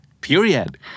Period